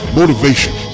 motivation